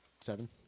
seven